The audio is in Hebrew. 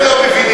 גם הם לא מבינים.